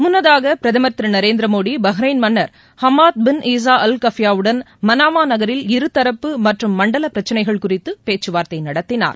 முன்னதாக பிரதமர் திரு நரேந்திர மோடி பஹ்ரைன் மன்னர் Hamad bin Isa Al Khalifa வுடன் மனாமா நகரில் இருதரப்பு மற்றும் மண்டல பிரச்சினைகள் குறித்து பேச்சுவார்த்தை நடத்தினார்